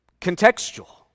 contextual